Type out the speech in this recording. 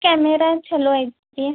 camera ಛಲೋ ಐತೆ